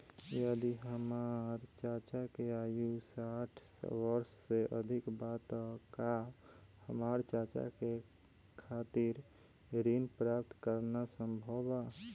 यदि हमार चाचा के आयु साठ वर्ष से अधिक बा त का हमार चाचा के खातिर ऋण प्राप्त करना संभव बा?